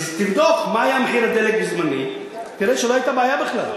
תבדוק מה היה מחיר הדלק בזמני ותראה שלא היתה בעיה בכלל.